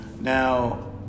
Now